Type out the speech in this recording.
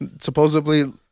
supposedly